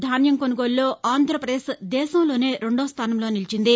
ధాన్యం కొనుగోలులో ఆంధ్రప్రదేశ్ దేశంలోనే రెండో స్థానంలో నిలిచింది